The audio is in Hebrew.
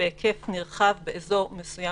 כי הם בתוך בידוד ברחבי הדירה שלהם.